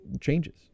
changes